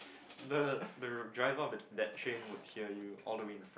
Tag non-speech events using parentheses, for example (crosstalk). (noise) the the driver of that train would hear you all the way in front